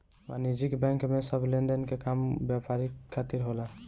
वाणिज्यिक बैंक में सब लेनदेन के काम व्यापार खातिर होला